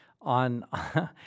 On